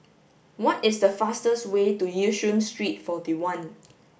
what is the fastest way to Yishun Street forty one